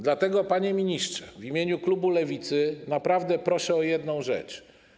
Dlatego, panie ministrze, w imieniu klubu Lewicy naprawdę proszę o jedną rzecz.